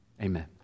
Amen